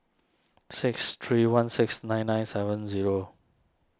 six three one six nine nine seven zero